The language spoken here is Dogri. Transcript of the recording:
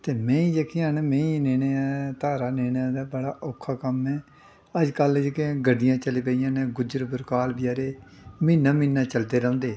ते मैंही जेह्कियां न मैंही लेने दा धारा लेने दा बड़ा औका कम्म ऐ अजकल्ल जेह्कियां गड्डियां चली पेइयां न गुज्जर बक्करोआल बचैरे म्हीना म्हीना चलदे रौंह्दे